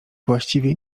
właściwie